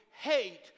hate